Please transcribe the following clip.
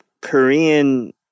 Korean